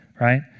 right